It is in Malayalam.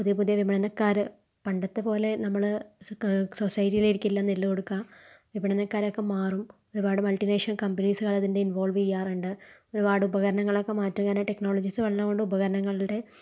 പുതിയ പുതിയ വിപണനക്കാര് പണ്ടത്തെപ്പോലെ നമ്മള് സൊ സൊസൈറ്റീയിലേക്കായിരിക്കില്ല നെല്ല് കൊടുക്കുക വിപണനക്കാരൊക്കെ മാറും ഒരുപാട് മൾട്ടിവേഷൻ കമ്പനീസുകള് അതിൻ്റെ ഇൻവോൾവ് ചെയ്യാറുണ്ട് ഒരുപാട് ഉപകരണങ്ങളൊക്കെ മാറ്റുവാണ് ടെക്നോളജീസ് വന്നതുകൊണ്ട് ഉപകരണങ്ങളുടെ